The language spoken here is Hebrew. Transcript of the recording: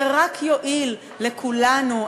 זה רק יועיל לכולנו.